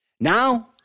Now